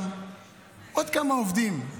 גם עוד כמה עובדים,